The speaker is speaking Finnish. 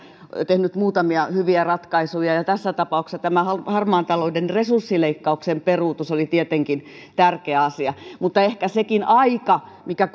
tehnyt muutamia hyviä ratkaisuja ja tässä tapauksessa tämä harmaan talouden resurssileikkauksen peruutus oli tietenkin tärkeä asia mutta ehkä jos sekin aika mikä